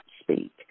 speak